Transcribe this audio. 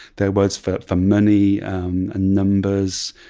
their words for for money and numbers,